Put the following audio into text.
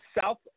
South